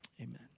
amen